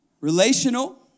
Relational